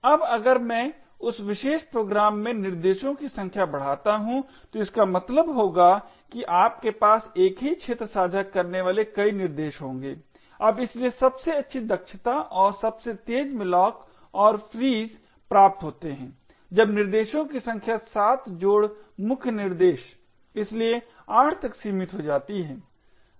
अब अगर मैं उस विशेष प्रोग्राम में निर्देशों की संख्या बढ़ाता हूं तो इसका मतलब होगा कि आपके पास एक ही क्षेत्र साझा करने वाले कई निर्देश होंगे अब इसलिए सबसे अच्छी दक्षता और सबसे तेज़ malloc और frees प्राप्त होते हैं जब निर्देशों की संख्या 7 जोड़ मुख्य निर्देश इसलिए 8 तक सीमित हो जाती है